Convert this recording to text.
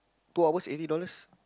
two hours eighty dollars